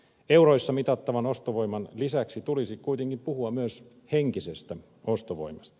euroissa mitattavan ostovoiman lisäksi tulisi kuitenkin puhua myös henkisestä ostovoimasta